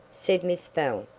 said miss bell.